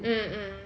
mm mm